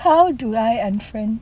how do I unfriend